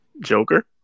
Joker